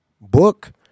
book